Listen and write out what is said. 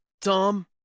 Tom